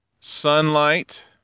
sunlight